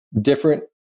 different